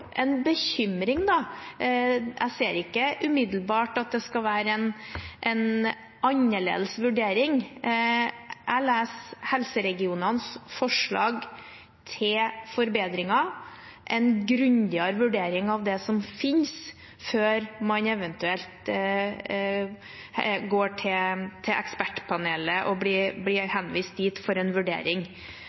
en bekymring. Jeg ser ikke umiddelbart at det skal være en annerledes vurdering. Jeg leser helseregionenes forslag til forbedringer, en grundigere vurdering av det som finnes, før man eventuelt går til Ekspertpanelet og blir henvist dit for en vurdering.